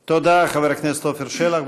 תודה, חבר הכנסת עפר שלח.